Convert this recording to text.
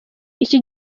iki